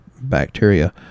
bacteria